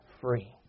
free